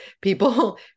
people